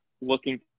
looking